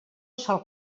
sol